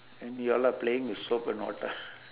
and you're all playing with soap and water